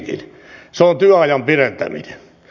se on työajan pidentäminen